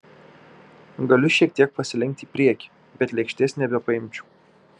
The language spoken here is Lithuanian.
galiu šiek tiek pasilenkti į priekį bet lėkštės nebepaimčiau